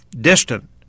distant